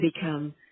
become